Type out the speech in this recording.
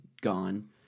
gone